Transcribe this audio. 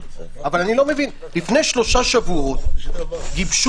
אבל אני לא מבין לפני שלושה שבועות גיבשו